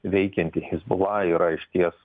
veikianti hezbollah yra išties